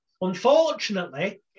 unfortunately